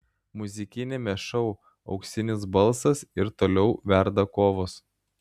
muzikiniame šou auksinis balsas ir toliau verda kovos